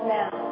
now